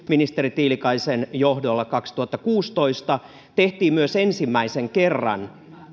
ministeri tiilikaisen johdolla kaksituhattakuusitoista tehtiin myös ensimmäisen kerran